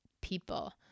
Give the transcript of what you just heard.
people